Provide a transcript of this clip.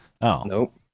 Nope